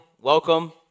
welcome